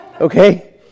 Okay